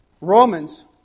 Romans